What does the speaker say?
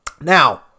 now